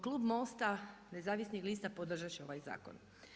Klub MOST-a nezavisnih lista podržat će ovaj zakon.